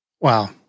Wow